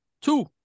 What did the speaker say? two